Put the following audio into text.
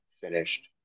finished